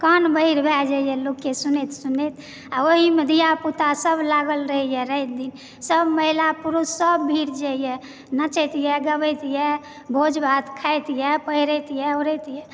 कान बहिर भए जाइया लोककेँ सुनैत सुनैत आ ओहिमे धिया पुता सब लागल रहैया राति दिन सब महिला पुरुष सब भिड़ जाइया नाचैत यऽ गबैत यऽ भोज भात खाइत यऽ पहिरैत यऽ ओढ़ैत यऽ